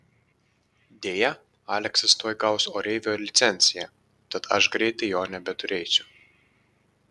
deja aleksas tuoj gaus oreivio licenciją tad aš greitai jo nebeturėsiu